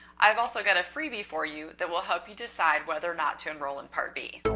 i've also got a freebie for you that will help you decide whether or not to enroll in part b.